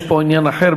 יש פה עניין אחר,